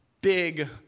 big